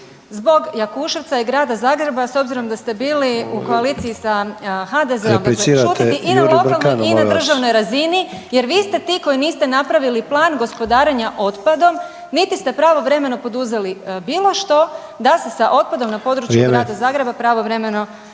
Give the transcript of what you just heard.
zbog Jakuševca i grada Zagreba s obzirom da ste bili u koaliciji sa HDZ-om, dakle .../Upadica: Replicirate Juri Brkanu, molim vas./... šutiti i na lokalnoj i na državnoj razini jer vi ste ti koji niste napravili plan gospodarenja otpadom niti ste pravovremeno poduzeli bilo što da se sa otpadom na području grada Zagreba pravovremeno